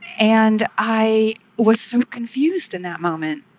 and i was so confused in that moment.